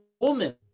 woman